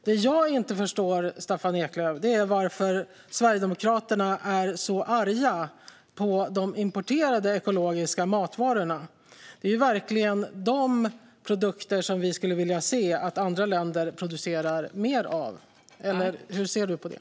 Det jag inte förstår, Staffan Eklöf, är varför Sverigedemokraterna är så arga på de importerade ekologiska matvarorna. Det är ju verkligen sådana produkter som vi skulle vilja se att andra länder producerade mer av. Hur ser Staffan Eklöf på det?